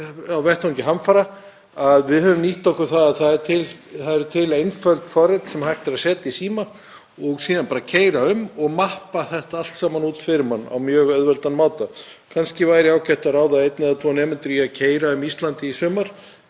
á vettvangi hamfara höfum nýtt okkur það að til eru einföld forrit sem hægt er að setja í síma og keyra síðan um og mappa þetta allt saman út á mjög auðveldan máta. Kannski væri ágætt að ráða einn eða tvo nemendur í að keyra um Ísland í sumar